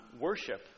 worship